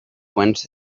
went